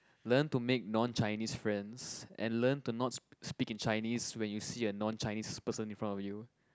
learn to make non Chinese friends and learn to not speak in Chinese when you see a non Chinese person in front of you